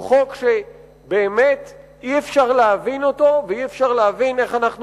הוא חוק שאי-אפשר להבין אותו ואי-אפשר להבין איך אנחנו